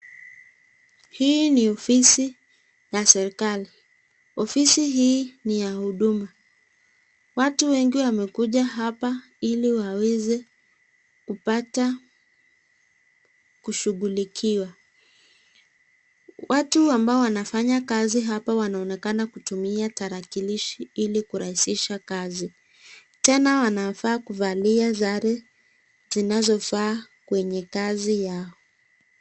Hii ni ofisi ya serikali, ofisi hii ni ya huduma, watu wengi wamekuja hapa ili waweze kupata kushughulikiwa. Watu ambao wanafanya kazi hapa wanaonekana kutumia tarakilishi ili kurahishisha kazi, tena wanafaa kuvalia sare zinazofaa kwenye kazi yao.